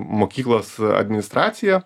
mokyklos administraciją